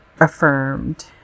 affirmed